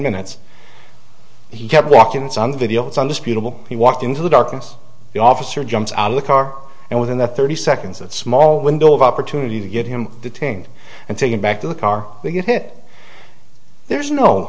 minutes he kept walking it's on video it's understandable he walked into the darkness the officer jumps out of the car and within that thirty seconds that small window of opportunity to get him detained and taken back to the car to get it there's no